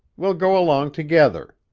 we'll go along together.